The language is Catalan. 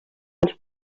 els